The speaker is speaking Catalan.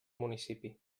municipi